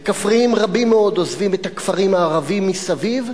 וכפריים רבים מאוד עוזבים את הכפרים הערביים מסביב.